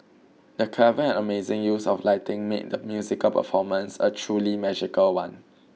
the clever and amazing use of lighting made the musical performance a truly magical one